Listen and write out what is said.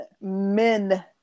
men